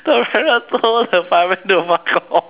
the parrot told the fireman to fuck off